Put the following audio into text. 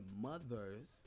mothers